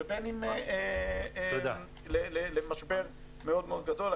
ובין אם למשבר מאוד גדול.